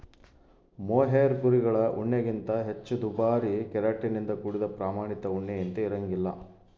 mohair ಕುರಿಗಳ ಉಣ್ಣೆಗಿಂತ ಹೆಚ್ಚು ದುಬಾರಿ ಕೆರಾಟಿನ್ ನಿಂದ ಕೂಡಿದ ಪ್ರಾಮಾಣಿತ ಉಣ್ಣೆಯಂತೆ ಇರಂಗಿಲ್ಲ